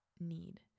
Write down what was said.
need